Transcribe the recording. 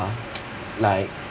like